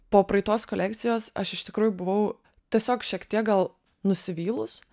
po praeitos kolekcijos aš iš tikrųjų buvau tiesiog šiek tiek gal nusivylus